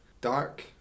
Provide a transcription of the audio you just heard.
dark